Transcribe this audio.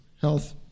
health